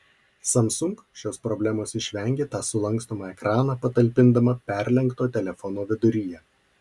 samsung šios problemos išvengė tą sulankstomą ekraną patalpindama perlenkto telefono viduryje